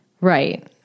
Right